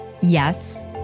Yes